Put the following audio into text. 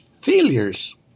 failures